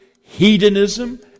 hedonism